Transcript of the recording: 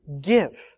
give